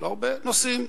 נוסעים,